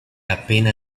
appena